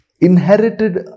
Inherited